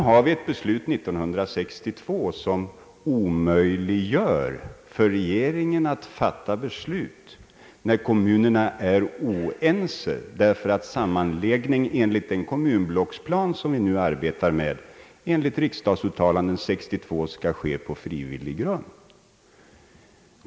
Genom ett beslut från år 1962 omöjliggörs för regeringen att fatta beslut när kommunerna är oense, eftersom sammanläggningen enligt den kommunblocksplan varmed vi nu arbetar med anledning av riksdagsuttalandet 1962 skall ske på frivillig grund.